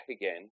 again